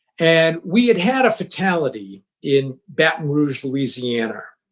and we had had a fatality in baton rouge, louisiana.